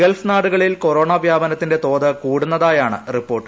Gulf നാടുകകളിൽ കൊറ്റോൺ വ്യാപനത്തിന്റെ തോത് കൂടുന്നതായാണ് റിപ്പോർട്ട്